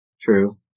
True